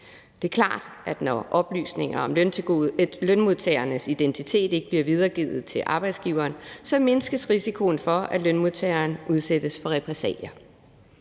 Det er klart, at når oplysninger om lønmodtagernes identitet ikke bliver videregivet til arbejdsgiverne, mindskes risikoen for, at lønmodtagerne udsættes for repressalier.